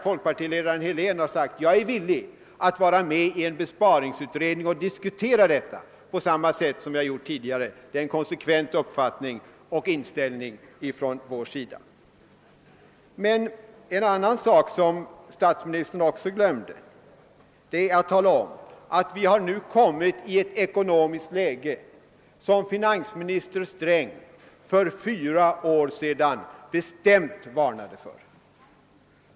Folkpartiledaren Helén har sagt att han är villig att delta i en besparingsutredning och diskutera detta på samma sätt som vi har gjort tidigare. Det är en konsekvent uppfattning och inställning från vår sida. En annan sak som statsministern glömde var att tala om att vi nu har kommit i ett sådant ekonomiskt läge som finansminister Sträng för fyra år sedan bestämt varnade för.